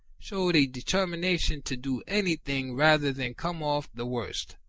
shewed a deter mination to do anything rather than come off the worst.